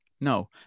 no